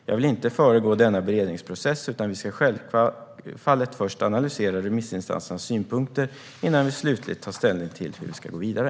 Jag vill inte föregripa denna beredningsprocess, utan vi ska självfallet först analysera remissinstansernas synpunkter innan vi slutligt tar ställning till hur vi ska gå vidare.